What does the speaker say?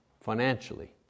financially